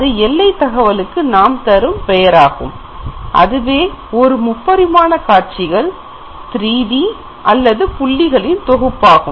அது எல்லை தகவலுக்கு நாம் தரும் பெயராகும் அதுவே ஒரு முப்பரிமாண காட்சிகள் 3D அல்லது புள்ளிகளின் தொகுப்பாகும்